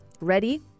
ready